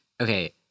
okay